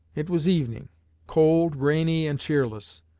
it was evening cold, rainy, and cheerless.